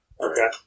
Okay